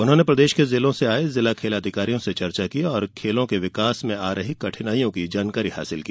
उन्होंने प्रदेश के जिलों से आए जिला खेल अधिकारियों से चर्चा की और खेलों के विकास में पर आ रही कठिनाईयों की जानकारी हासिल की